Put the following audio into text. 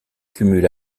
cumule